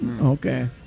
Okay